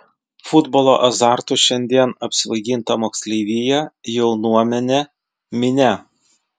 futbolo azartu šiandien apsvaiginta moksleivija jaunuomenė minia